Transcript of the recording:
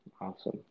Awesome